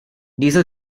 diesel